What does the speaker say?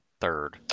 third